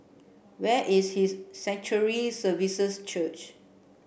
where is his Sanctuary Services Church